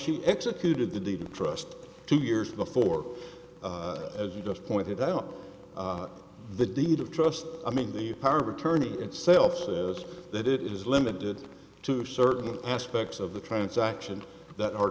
she executed the deed of trust two years before as you just pointed out the deed of trust i mean the power of attorney itself that is that it is limited to certain aspects of the transaction that are